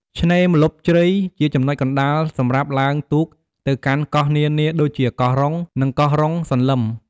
ឆ្នេរម្លប់ជ្រៃ ជាចំណុចកណ្ដាលសម្រាប់ឡើងទូកទៅកាន់កោះនានាដូចជា កោះរុង និងកោះរ៉ុងសន្លឹម។